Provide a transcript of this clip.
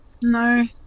No